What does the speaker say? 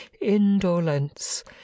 indolence